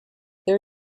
there